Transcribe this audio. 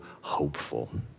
hopeful